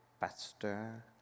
Pastor